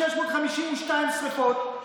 652 שריפות,